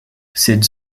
cette